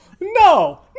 No